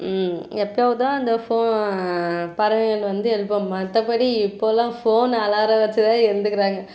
எப்பையாவுதுதான் அந்த ஃபோ பறவைகள் வந்து எழுப்பும் மற்றபடி இப்பெல்லாம் ஃபோனு அலாரம் வச்சுதான் எழுந்திக்கிறாங்க